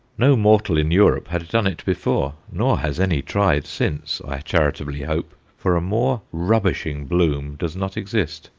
no mortal in europe had done it before, nor has any tried since, i charitably hope, for a more rubbishing bloom does not exist.